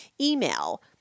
Email